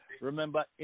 Remember